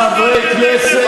אותם חברי כנסת,